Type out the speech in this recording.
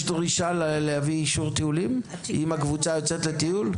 דרישה להביא אישור טיולים אם הקבוצה יוצאת לטיול?